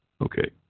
Okay